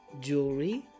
jewelry